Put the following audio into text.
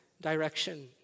direction